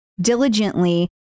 diligently